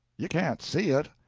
you can't see it.